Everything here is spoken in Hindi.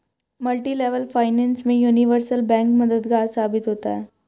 मल्टीलेवल फाइनेंस में यूनिवर्सल बैंक मददगार साबित होता है